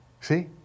See